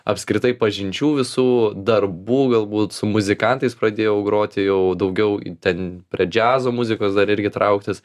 apskritai pažinčių visų darbų galbūt su muzikantais pradėjau groti jau daugiau ten prie džiazo muzikos dar irgi trauktis